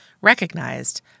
recognized